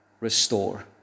Restore